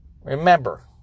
remember